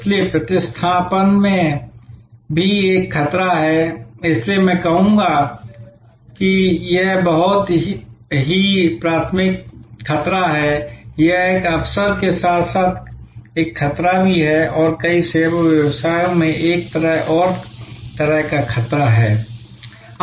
इसलिए प्रतिस्थापन भी एक खतरा है इसलिए मैं कहूंगा कि यह एक बहुत ही प्राथमिक खतरा है यह एक अवसर के साथ साथ एक खतरा भी है और कई सेवा व्यवसायों में यह एक और तरह का खतरा है